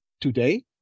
today